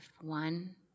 One